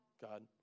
God